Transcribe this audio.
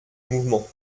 mouvement